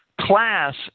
class